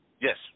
Yes